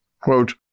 Quote